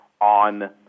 on